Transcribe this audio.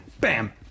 bam